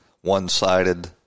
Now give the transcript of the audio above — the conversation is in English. one-sided